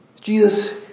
Jesus